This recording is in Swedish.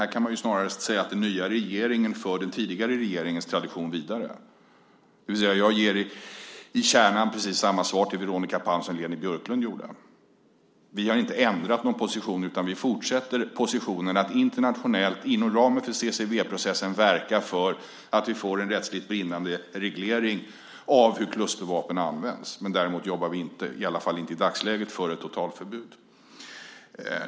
Här kan man snarare säga att den nya regeringen för den tidigare regeringens tradition vidare. Jag ger alltså i grunden samma svar till Veronica Palm som Leni Björklund gjorde. Vi har inte ändrat position utan vi fortsätter att ha positionen att internationellt, inom ramen för CCW-processen, verka för att vi får en rättsligt bindande reglering av hur klustervapen används. Däremot jobbar vi inte, åtminstone inte i dagsläget, för ett totalförbud.